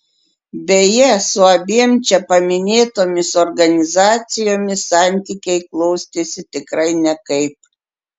beje su abiem čia paminėtomis organizacijomis santykiai klostėsi tikrai nekaip